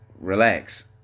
relax